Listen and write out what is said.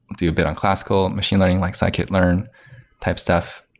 do a bit on classical machine learning, like scikit learn type stuff.